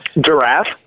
Giraffe